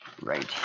right